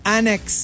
Annex